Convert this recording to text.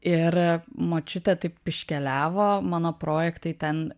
ir močiutė taip iškeliavo mano projektai ten